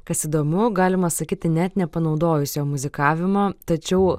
kas įdomu galima sakyti net nepanaudojus jo muzikavimo tačiau